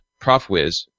ProfWiz